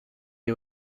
des